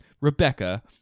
Rebecca